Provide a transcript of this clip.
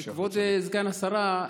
כבוד סגן השרה,